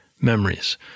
memories